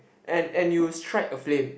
and and you'll strike a flame